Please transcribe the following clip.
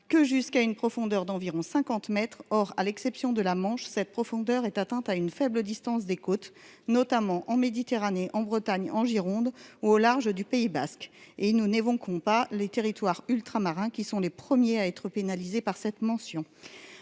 que jusqu'à une profondeur d'environ 50 mètres, or, à l'exception de la Manche cette profondeur est atteinte à une faible distance des côtes, notamment en Méditerranée en Bretagne, en Gironde ou au large du Pays basque et il nous n'évoquons pas les territoires ultramarins qui sont les premiers à être pénalisé par cette mention,